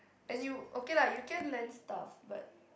and you okay lah you can lend stuff but